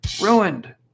Ruined